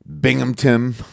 Binghamton